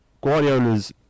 Guardiola's